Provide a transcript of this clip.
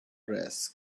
dress